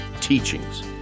teachings